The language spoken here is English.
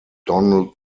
donald